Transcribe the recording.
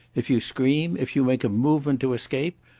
if you scream, if you make a movement to escape,